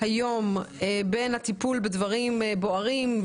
בין הטיפול בדברים בוערים,